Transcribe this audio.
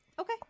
Okay